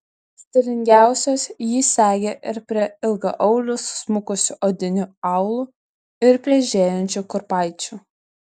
stilingiausios jį segi ir prie ilgaaulių susmukusiu odiniu aulu ir prie žėrinčių kurpaičių